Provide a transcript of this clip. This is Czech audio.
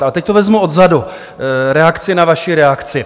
Ale teď to vezmu odzadu, reakce na vaši reakci.